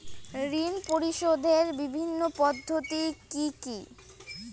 ঋণ পরিশোধের বিভিন্ন পদ্ধতি কি কি?